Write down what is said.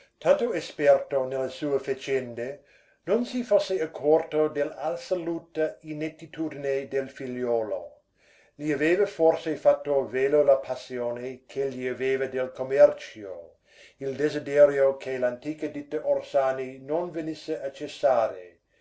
tanto esperto nelle sue faccende non si fosse accorto dell'assoluta inettitudine del figliuolo gli aveva forse fatto velo la passione ch'egli aveva del commercio il desiderio che l'antica ditta orsani non venisse a cessare